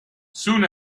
soon